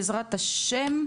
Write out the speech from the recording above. בעזרת השם,